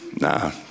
Nah